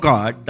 God